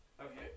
Okay